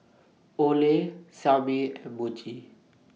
Olay Xiaomi and Muji